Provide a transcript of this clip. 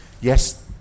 yes